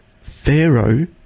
Pharaoh